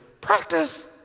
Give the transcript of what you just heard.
practice